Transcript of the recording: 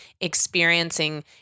experiencing